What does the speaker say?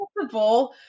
possible